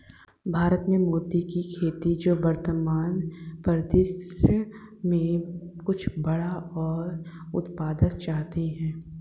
भारत में मोती की खेती जो वर्तमान परिदृश्य में कुछ बड़ा और उत्पादक चाहते हैं